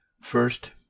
first